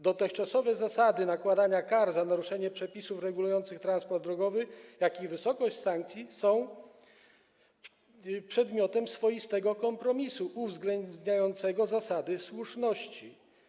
Dotychczasowe zasady nakładania kar za naruszenie przepisów regulujących transport drogowy, jak i wysokość sankcji są przedmiotem swoistego kompromisu uwzględniającego zasadę słuszności.